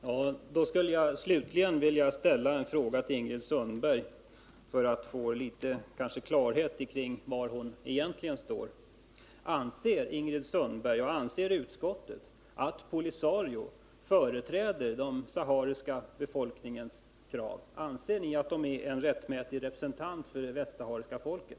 Herr talman! Jag skulle slutligen vilja ställa en fråga till Ingrid Sundberg för att få klarhet i var hon egentligen står: Anser Ingrid Sundberg och utskottet att Polisario företräder den sahariska befolkningens krav? Anser ni att Polisario är en rättmätig representant för det västsahariska folket?